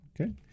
Okay